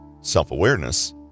self-awareness